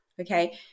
okay